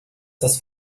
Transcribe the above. das